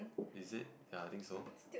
is it ya I think so